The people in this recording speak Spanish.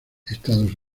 estados